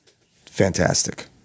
Fantastic